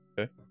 Okay